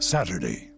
Saturday